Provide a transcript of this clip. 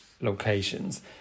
locations